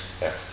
Yes